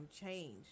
change